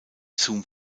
zum